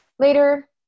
Later